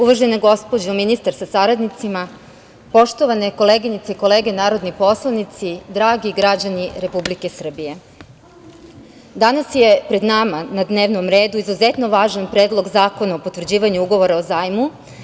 Uvažena gospođo ministar sa saradnicima, poštovane koleginice i kolege narodni poslanici, dragi građani Republike Srbije, danas je pred nama na dnevnom redu izuzetno važan Predlog zakona o potvrđivanju Ugovora o zajmu.